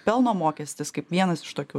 pelno mokestis kaip vienas iš tokių